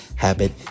habit